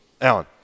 Alan